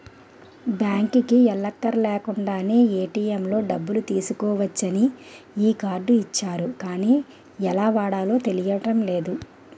బాంకుకి ఎల్లక్కర్లేకుండానే ఏ.టి.ఎం లో డబ్బులు తీసుకోవచ్చని ఈ కార్డు ఇచ్చారు గానీ ఎలా వాడాలో తెలియడం లేదు